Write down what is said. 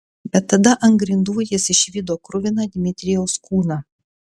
bet tada ant grindų jis išvydo kruviną dmitrijaus kūną